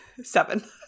Seven